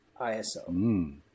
ISO